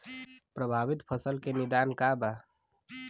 प्रभावित फसल के निदान का बा?